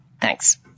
Thanks